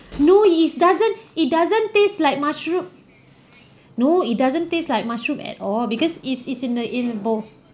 no it doesn't it doesn't taste like mushroom no it doesn't taste like mushroom at all because is is in the in bo~